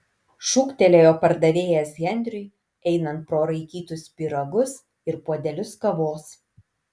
šūktelėjo pardavėjas henriui einant pro raikytus pyragus ir puodelius kavos